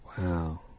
Wow